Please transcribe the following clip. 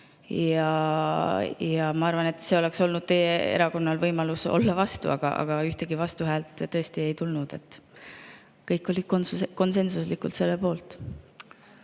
Ma arvan, et teie erakonnal oleks olnud võimalus olla vastu, aga ühtegi vastuhäält tõesti ei tulnud, kõik olid konsensuslikult selle poolt.